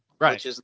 Right